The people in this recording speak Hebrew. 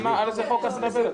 על איזה חוק את מדברת?